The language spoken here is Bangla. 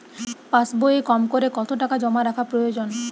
পাশবইয়ে কমকরে কত টাকা জমা রাখা প্রয়োজন?